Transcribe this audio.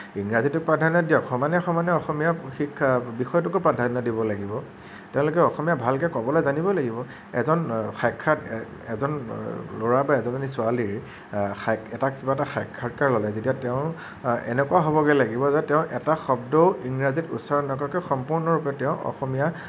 ইংৰাজীটোক প্ৰাধান্য দিয়ক সমানে সমানে অসমীয়া শিক্ষা বিষয়টোকো প্ৰাধান্য দিব লাগিব তেওঁলোকে অসমীয়া ভালকে ক'বলে জানিব লাগিব এজন এজন ল'ৰা বা এজনী ছোৱালীৰ এটা কিবা এটা সাক্ষাৎকাৰ ল'লে যেতিয়া তেওঁ এনেকুৱা হ'বগে লাগিব যে তেওঁ এটা শব্দও ইংৰাজীত উচ্চৰণ নকৰাকে সম্পূৰ্ণৰূপে তেওঁ অসমীয়াত